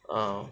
um